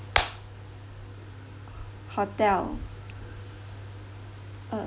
hotel uh